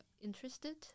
interested